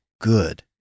good